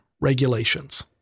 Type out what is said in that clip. regulations